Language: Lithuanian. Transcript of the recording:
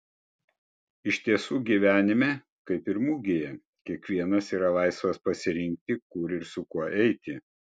iš tiesų gyvenime kaip ir mugėje kiekvienas yra laisvas pasirinkti kur ir su kuo eiti